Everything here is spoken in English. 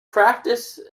practiced